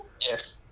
yes